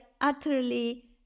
utterly